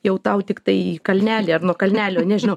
jau tau tiktai į kalnelį ar nuo kalnelio nežinau